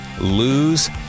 lose